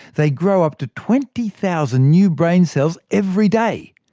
they grow up to twenty thousand new brain cells every day.